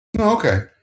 Okay